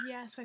Yes